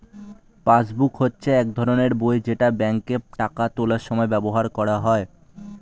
passbook হচ্ছে এক ধরনের বই যেটা ব্যাংকে টাকা তোলার সময় ব্যবহার করা হয়